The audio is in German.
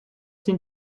sind